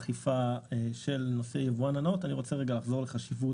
הבדיקות לא ייעשו כתנאי לשחרור